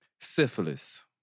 syphilis